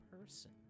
person